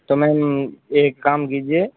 तो मेम एक काम कीजिए